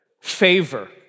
favor